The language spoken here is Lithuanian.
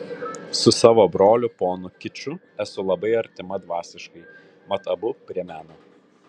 su savo broliu ponu kiču esu labai artima dvasiškai mat abu prie meno